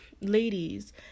ladies